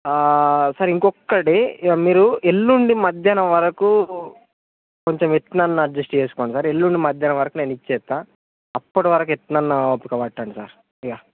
sir ఇంకొక్క day ఇక మీరు ఎల్లుండి మధ్యాహ్నం వరకు కొంచెం ఎలా అయినా అడ్జెస్ట్ చేసుకోండి సార్ ఎల్లుండి మధ్యాహ్నం వరకు నేను ఇచ్చేస్తాను అప్పటి వరకు ఎలా అయినా ఓపిక పట్టండి సార్